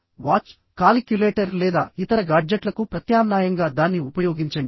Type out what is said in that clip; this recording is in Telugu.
వాచ్కాలిక్యులేటర్ లేదా ఇతర గాడ్జెట్లకు ప్రత్యామ్నాయంగా దాన్ని ఉపయోగించండి